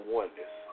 oneness